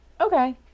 Okay